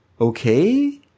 okay